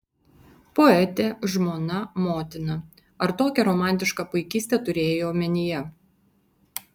poetė žmona motina ar tokią romantišką paikystę turėjai omenyje